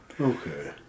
Okay